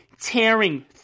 tearing